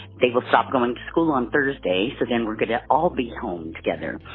they will stop going to school on thursday. so then we're going to all be home together.